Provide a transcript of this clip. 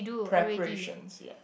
preparations ya